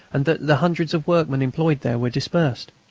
and that the hundreds of workmen employed there were dispersed.